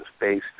based